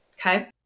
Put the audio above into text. Okay